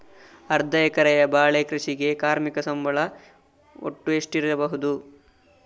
ಅರ್ಧ ಎಕರೆಯ ಬಾಳೆ ಕೃಷಿಗೆ ಕಾರ್ಮಿಕ ಸಂಬಳ ಒಟ್ಟು ಎಷ್ಟಿರಬಹುದು?